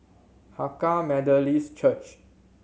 Hakka Methodist Church